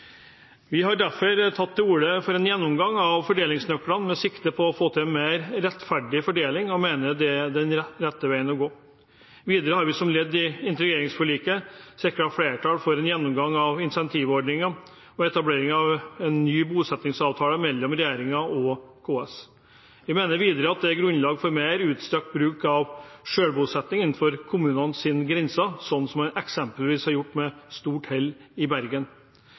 Vi har derfor tatt til orde for en gjennomgang av fordelingsnøklene med sikte på å få en mer rettferdig fordeling og mener det er den rette veien å gå. Videre har vi som ledd i integreringsforliket sikret flertall for en gjennomgang av incentivordningen og etablering av en ny bosettingsavtale mellom regjeringen og KS. Vi mener videre det er grunnlag for en mer utstrakt bruk av selvbosetting innenfor kommunens grenser, slik man eksempelvis har gjort med stort hell i Bergen.